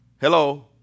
Hello